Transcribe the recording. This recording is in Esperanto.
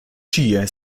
ĉie